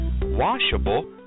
washable